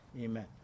Amen